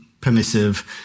permissive